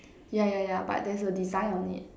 yeah yeah yeah but there's a design on it